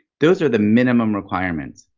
those are the minimum requirements.